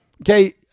Okay